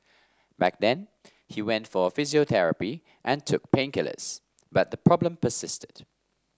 back then he went for physiotherapy and took painkillers but the problem persisted